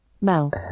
Mel